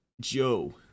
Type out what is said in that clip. Joe